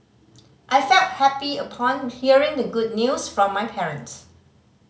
I felt happy upon hearing the good news from my parents